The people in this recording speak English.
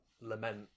lament